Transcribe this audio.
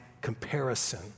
comparison